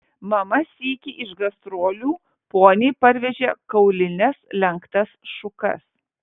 mama sykį iš gastrolių poniai parvežė kaulines lenktas šukas